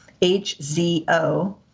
H-Z-O